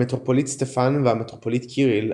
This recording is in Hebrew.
המטרופוליט סטפן והמטרופוליט קיריל,